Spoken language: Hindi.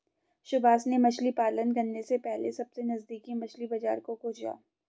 सुभाष ने मछली पालन करने से पहले सबसे नजदीकी मछली बाजार को खोजा